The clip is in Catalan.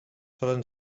solen